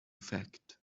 effect